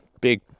big